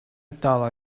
thought